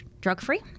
drug-free